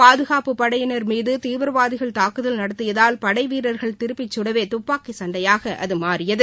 பாதுகாப்புப் படையினர் மீது தீவிரவாதிகள் தாக்குதல் நடத்தியதால் படை வீரர்கள் திருப்பிச் சுடவே துப்பாக்கி சண்டையாக அது மாறியது